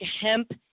hemp